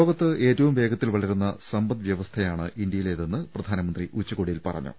ലോകത്ത് ഏറ്റവും വേഗത്തിൽ വളരുന്ന സമ്പദ് വൃവസ്ഥയാണ് ഇന്തൃയിലേതെന്ന് പ്രധാനമന്ത്രി ഉച്ച കോടിയിൽ പറഞ്ഞു